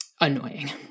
annoying